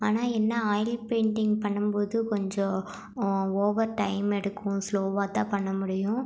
ஆனால் என்ன oil painting பண்ணும் போது கொஞ்சம் ஓவர் டைம் எடுக்கும் ஸ்லோவாக தான் பண்ண முடியும்